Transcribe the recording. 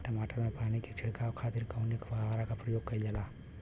टमाटर में पानी के छिड़काव खातिर कवने फव्वारा का प्रयोग कईल जाला?